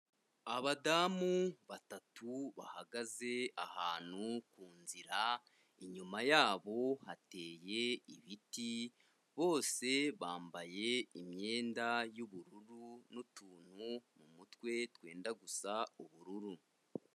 Abadamu batatu bahagaze ahantu ku nzira, inyuma yabo hateye ibiti, bose bambaye imyenda y'ubururu n'utuntu mu mutwe twenda gusa ubururu.